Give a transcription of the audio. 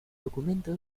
documento